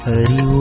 Hari